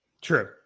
True